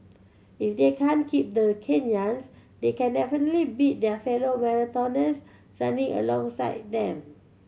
if they can't keep the Kenyans they can definitely beat their fellow marathoners running alongside them